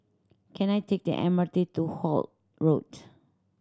can I take the M R T to Holt Road